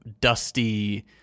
dusty